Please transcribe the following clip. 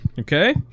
Okay